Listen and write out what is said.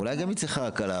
אולי גם היא צריכה הקלה.